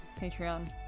Patreon